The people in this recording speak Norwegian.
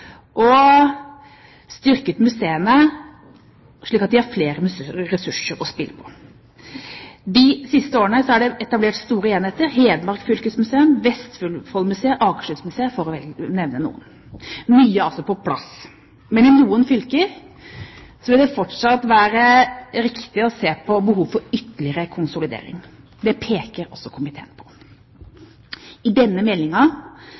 har styrket museene, slik at de har flere ressurser å spille på. De siste årene er det etablert store enheter: Hedmark fylkesmuseum, Vestfoldmuseet, Akershusmuseet, for å nevne noen. Mye er altså på plass, men i noen fylker vil det fortsatt være riktig å se på behovet for ytterligere konsolidering. Det peker også komiteen på. I denne